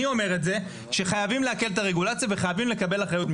אני אומר את זה שחייבים להקל את הרגולציה וחייבים לקבל אחריות.